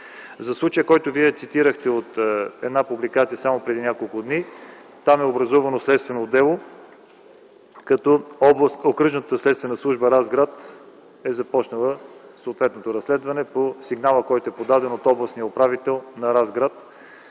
За случая, който Вие цитирахте от една публикация само преди няколко дни: там е образувано следствено дело като Окръжната следствена служба – Разград е започнала съответното разследване по сигнала, подаден от областния управител на Разград,